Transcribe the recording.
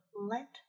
let